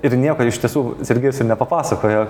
ir nieko iš tiesų sergejus ir nepapasakojo